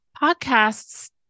podcasts